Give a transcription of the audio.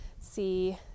see